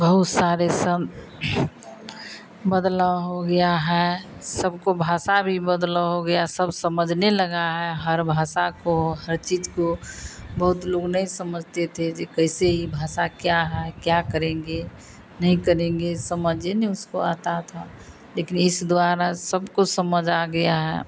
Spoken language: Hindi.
बहुत सारा सम बदलाव हो गया है सबको भाषा भी बदलाव हो गया सब समझने लगा है हर भाषा को हर चीज़ को बहुत लोग नहीं समझते थे जो कैसे यह भाषा क्या है क्या करेंगे नहीं करेंगे समझ ही नहीं उसको आती थी लेकिन इस द्वारा सबकुछ समझ आ गया है